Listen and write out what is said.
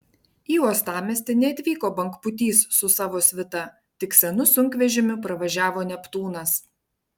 į uostamiestį neatvyko bangpūtys su savo svita tik senu sunkvežimiu pravažiavo neptūnas